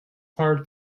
hard